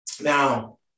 Now